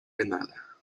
ganada